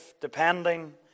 depending